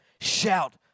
Shout